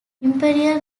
imperial